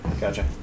Gotcha